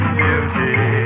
beauty